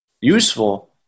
useful